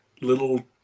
little